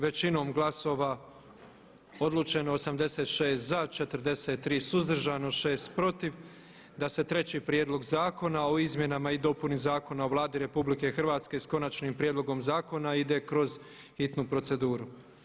Većinom glasova odlučeno je 86 za, 43 suzdržano, 6 protiv da se treći Prijedlog zakona o izmjenama i dopuni Zakona o Vladi RH, s Konačnim prijedlogom zakona ide kroz hitnu proceduru.